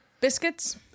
biscuits